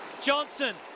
Johnson